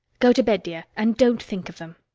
go to bed, dear and don't think of them.